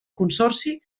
consorci